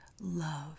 love